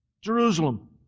Jerusalem